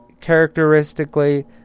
Characteristically